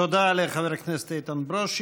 תודה לחבר הכנסת איתן ברושי.